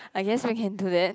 I guess we can do that